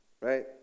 right